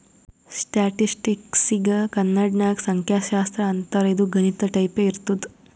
ಸ್ಟ್ಯಾಟಿಸ್ಟಿಕ್ಸ್ಗ ಕನ್ನಡ ನಾಗ್ ಸಂಖ್ಯಾಶಾಸ್ತ್ರ ಅಂತಾರ್ ಇದು ಗಣಿತ ಟೈಪೆ ಇರ್ತುದ್